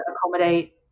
accommodate